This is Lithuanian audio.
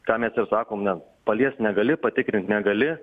ką mes ir sakom ne paliest negali patikrint negali